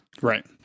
Right